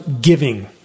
giving